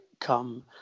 come